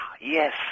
yes